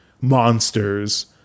monsters